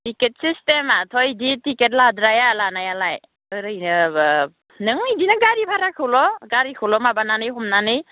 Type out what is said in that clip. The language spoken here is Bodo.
टिकेट सिस्टेमाथ' बिदि टिकेट लाद्राया लानायालाय ओरैनो नों बिदिनो गारि भाराखौल' गारिखौल' माबानानै हमनानै